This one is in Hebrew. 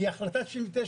כי החלטת 99'